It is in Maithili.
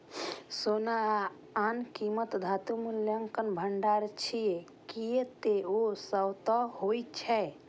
सोना आ आन कीमती धातु मूल्यक भंडार छियै, कियै ते ओ शाश्वत होइ छै